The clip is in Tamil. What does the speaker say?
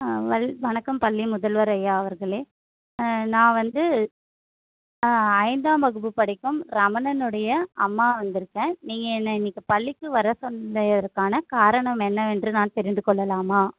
ஆ வல் வணக்கம் பள்ளி முதல்வர் ஐயா அவர்களே நான் வந்து ஐந்தாம் வகுப்பு படிக்கும் ரமணன் உடைய அம்மா வந்திருக்கேன் நீங்கள் என்னை இன்னைக்கு பள்ளிக்கு வர சொன்னதற்கான காரணம் என்னவென்று நான் தெரிந்துக்கொள்ளலாமா